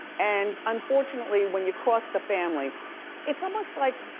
and unfortunately when you cross the family it's almost like,